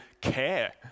care